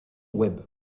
web